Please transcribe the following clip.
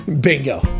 Bingo